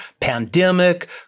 pandemic